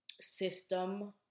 system